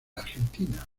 argentina